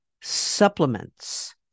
supplements